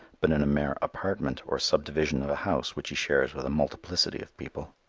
but in a mere apartment or subdivision of a house which he shares with a multiplicity of people.